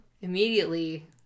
immediately